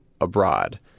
Abroad